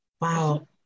Wow